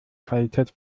qualität